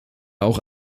auch